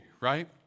right